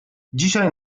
dzisiaj